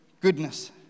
goodness